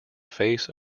face